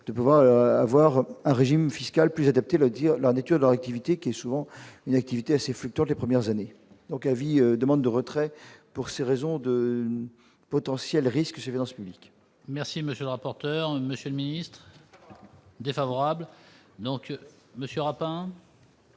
devra avoir un régime fiscal plus adapté le dire, l'un des tueurs dans activité qui est souvent une activité assez fluctuant, les premières années, donc avis demande de retrait pour ces raisons de potentiel risque dans ce public. Merci, monsieur le rapporteur, monsieur le Ministre. Défavorable, donc Monsieur Europe